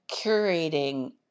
curating